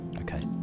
Okay